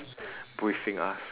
briefing us